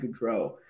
Goudreau